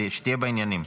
שתהיה בעניינים.